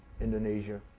Indonesia